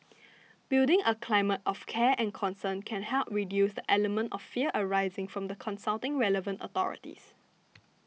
building a climate of care and concern can help reduce the element of fear arising from the consulting relevant authorities